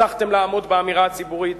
הצלחתם לעמוד באמירה הציבורית